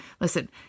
Listen